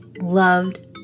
loved